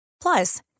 Plus